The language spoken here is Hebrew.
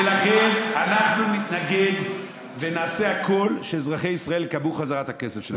ולכן אנחנו נתנגד ונעשה הכול שאזרחי ישראל יקבלו חזרה את הכסף שלהם.